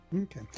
Okay